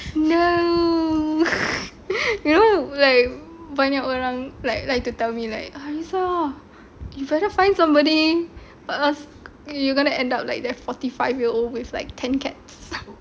no you know like banyak orang like like to tell me like liza you better find somebody or else you going to end up like that forty five year old with like ten cats